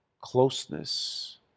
closeness